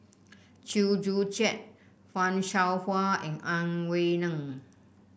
Chew Joo Chiat Fan Shao Hua and Ang Wei Neng